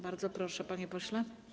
Bardzo proszę, panie pośle.